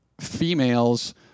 females